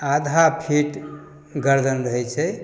आधा फिट गरदनि रहै छै